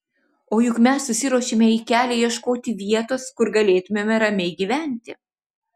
o juk mes susiruošėme į kelią ieškoti vietos kur galėtumėme ramiai gyventi